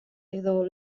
edo